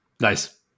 Nice